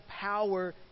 power